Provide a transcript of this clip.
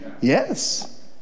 Yes